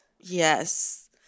Yes